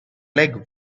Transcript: leg